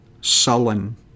sullen